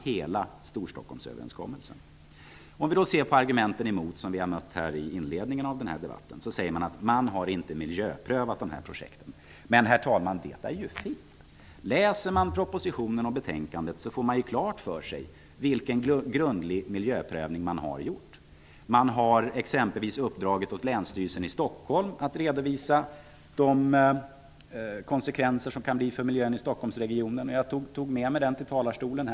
Låt oss då se på argumenten emot, som vi mötts av i inledningen av denna debatt. Det sägs att man inte har miljöprövat projekten. Men, herr talman, det är ju fel! Den som läser propositionen och betänkandet, får klart för sig vilken grundlig miljöprövning man gjort. Exempelvis har man uppdragit åt Länsstyrelsen i Stockholm att redovisa de konsekvenser som kan bli för miljön i Stockholmsregionen. Jag har tagit med mig rapporten till talarstolen.